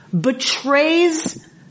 betrays